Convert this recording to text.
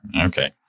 Okay